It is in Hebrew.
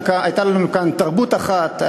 הייתה לנו כאן תרבות אחת,